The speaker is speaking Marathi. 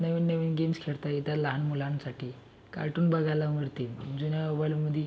नवीन नवीन गेम्स खेळता येतात लहान मुलांसाठी कार्टून बघायला मिळते जुन्या मोबाईलमध्ये